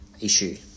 issue